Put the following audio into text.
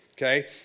Okay